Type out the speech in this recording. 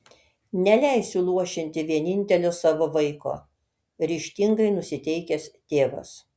neleisiu luošinti vienintelio savo vaiko ryžtingai nusiteikęs tėvas